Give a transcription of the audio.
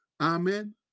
amen